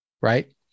right